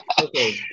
okay